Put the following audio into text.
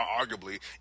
arguably